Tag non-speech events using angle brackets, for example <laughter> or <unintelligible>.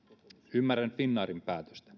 ymmärrän finnairin päätöstä <unintelligible>